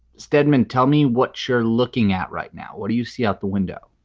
steadman, tell me what you're looking at right now what do you see out the window